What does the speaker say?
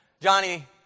Johnny